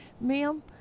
Ma'am